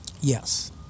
yes